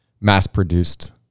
mass-produced